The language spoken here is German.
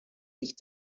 sich